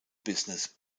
business